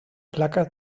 placas